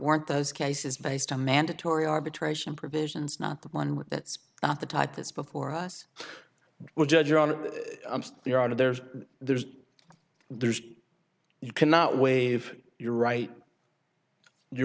weren't those cases based on mandatory arbitration provisions not the one that's not the type that's before us well judge you're on you're out of there there's there's you cannot wave your right your